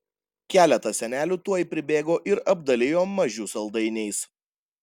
keletas senelių tuoj pribėgo ir apdalijo mažių saldainiais